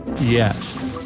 Yes